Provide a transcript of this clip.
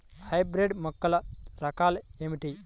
Hybrid మొక్కల రకాలు ఏమిటీ?